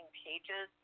pages